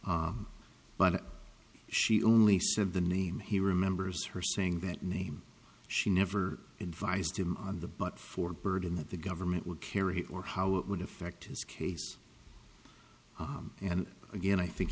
him but she only said the name he remembers her saying that name she never invited him on the butt for burden that the government would carry or how it would affect his case and again i think